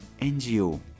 NGO